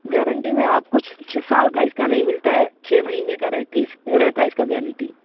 guarantee میں آپ کچھ چھ سال کا اس کا نہیں ملتا ہے چھ مہینے کا رہتی رہتا ہے اس کا گارنٹی